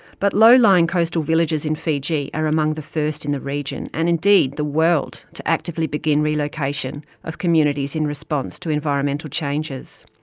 but low-lying coastal villages villages in fiji are among the first in the region, and indeed the world, to actively begin relocation of communities in response to environmental changes.